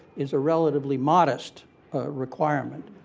is a relatively modest requirement,